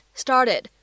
started